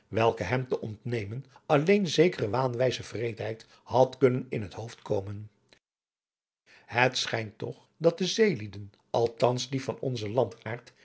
welke hem te ontnemen alleen zekere waanwijze wreedheid had kunnen in het hoofd komen het schijnt toch dat de zeelieden althans die van onzen landaard